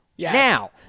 Now